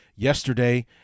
Yesterday